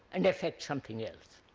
and effect something else.